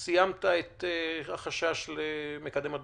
סיימת את החשש למקדם הדבקה.